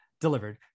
delivered